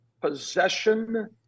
Possession